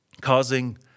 Causing